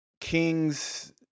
kings